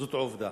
זאת עובדה.